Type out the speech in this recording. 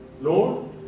Lord